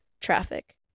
traffic